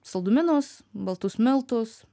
saldumynus baltus miltus